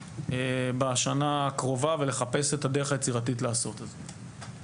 בשנה הקרובה ולחפש את הדרך היצירתית לעשות את זה.